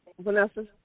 Vanessa